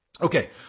Okay